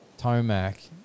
Tomac